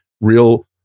real